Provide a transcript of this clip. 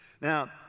Now